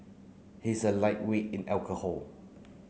he is a lightweight in alcohol